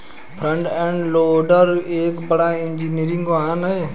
front end loader एक बड़ा engineering वाहन है